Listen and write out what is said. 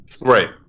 Right